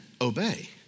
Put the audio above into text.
obey